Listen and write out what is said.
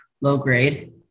low-grade